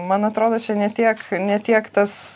man atrodo čia ne tiek ne tiek tas